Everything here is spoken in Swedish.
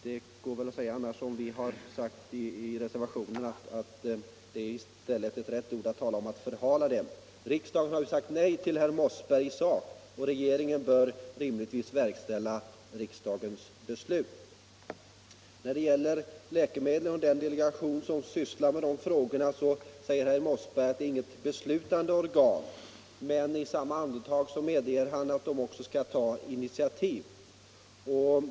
Det går väl annars att säga som vi har sagt i reservationen, nämligen att det rätta ordet är att det har varit fråga om att förhala. Riksdagen har ju sagt nej till herr Mossberg i sak, och regeringen bör rimligtvis verkställa riksdagens beslut. När det gäller den delegation som sysslar med läkemedelsfrågorna säger herr Mossberg att delegationen är inget beslutande organ, men i samma andetag medger han att den också skall ta initiativ.